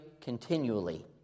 continually